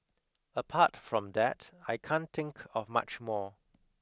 apart from that I can't think of much more